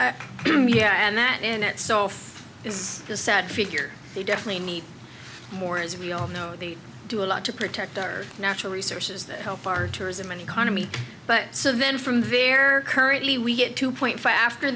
him yeah and that in itself is a sad figure we definitely need more as we all know the do a lot to protect our natural resources that help our tourism and economy but so then from very currently we have two point five after